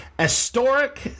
Historic